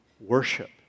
worship